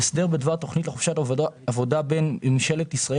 התקופה המרבית לשהות העובד בישראל